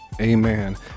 amen